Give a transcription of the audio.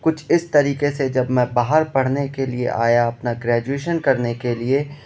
کچھ اس طریقے سے جب میں باہر پڑھنے کے لیے آیا اپنا گریجویشن کرنے کے لیے